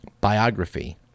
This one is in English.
biography